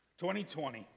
2020